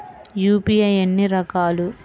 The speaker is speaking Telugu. యూ.పీ.ఐ ఎన్ని రకాలు?